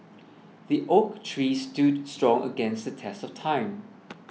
the oak tree stood strong against the test of time